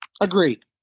Agreed